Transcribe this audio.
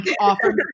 offer